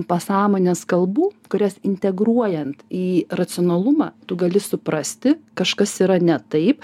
pasąmonės kalbų kurias integruojant į racionalumą tu gali suprasti kažkas yra ne taip